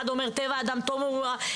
אחד אומר טבע האדם טוב מנעוריו,